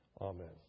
Amen